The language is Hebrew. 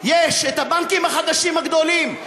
יש הבנקים החדשים הגדולים,